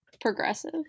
progressive